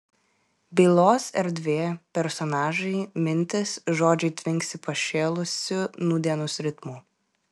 bylos erdvė personažai mintys žodžiai tvinksi pašėlusiu nūdienos ritmu